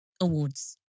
Awards